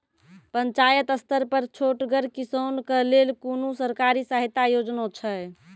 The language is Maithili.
पंचायत स्तर पर छोटगर किसानक लेल कुनू सरकारी सहायता योजना छै?